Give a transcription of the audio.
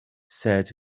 said